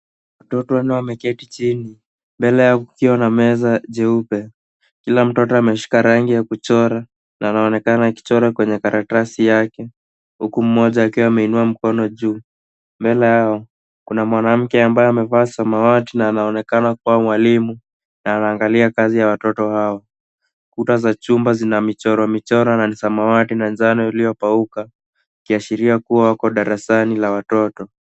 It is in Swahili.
Watoto wanne wameketi chini mbele yao kukiwa na meza jeupe. Kila mtoto ameshika rangi ya kuchora na anaonekana akichora kwenye karatasi yake huku mmoja akiwa ameinua mkono juu. Mbele yao, kuna mwanamke ambaye amevaa samawati na anaonekana kuwa mwalimu na anaangalia kazi ya watoto hao. Kuta za chumba zina michoro michoro na ni samawati na njano iliyokauka ikiashiria wapo darasani la watoto.